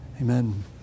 Amen